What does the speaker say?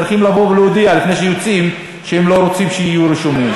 הם צריכים לבוא ולהודיע לפני שהם יוצאים שהם לא רוצים להיות רשומים.